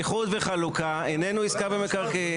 איחוד וחלוקה, איננו עסקה במקרקעין.